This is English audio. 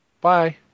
Bye